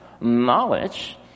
knowledge